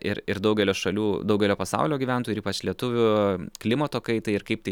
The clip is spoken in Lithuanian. ir ir daugelio šalių daugelio pasaulio gyventojų ir ypač lietuvių klimato kaitai ir kaip tai